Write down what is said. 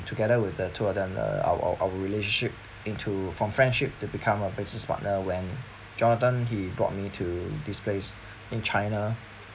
together with the two of them uh our our relationship into from friendship to become a business partner when jonathan he brought me to this place in china